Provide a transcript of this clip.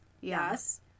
Yes